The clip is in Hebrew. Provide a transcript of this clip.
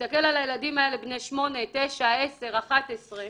להסתכל בעיניים לילדים האלה בני 8, 9, 10, 11,